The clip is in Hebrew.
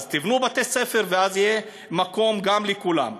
תבנו בתי-ספר, ואז יהיה גם מקום לכולם.